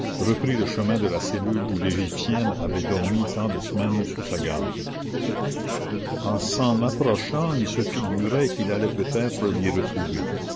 reprit le chemin de la cellule où l'égyptienne avait dormi tant de semaines sous sa garde en s'en approchant il se figurait qu'il allait peut-être l'y retrouver